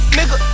Nigga